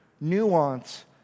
nuance